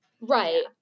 Right